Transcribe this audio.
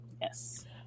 Yes